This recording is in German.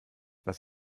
was